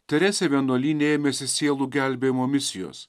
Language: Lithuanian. teresė vienuolyne ėmėsi sielų gelbėjimo misijos